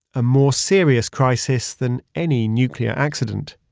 a more serious crisis than any nuclear accident.